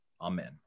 Amen